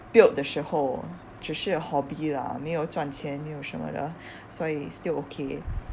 build 的时候只是 hobby lah 没有赚钱没有什么的所以 still okay